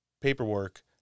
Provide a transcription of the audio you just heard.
paperwork